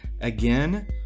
Again